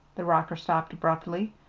the rocker stopped abruptly.